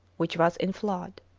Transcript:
which was in flood.